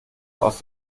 aus